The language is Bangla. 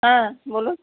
হ্যাঁ বলুন